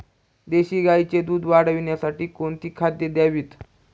देशी गाईचे दूध वाढवण्यासाठी कोणती खाद्ये द्यावीत?